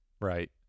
Right